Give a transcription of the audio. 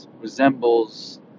resembles